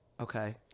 Okay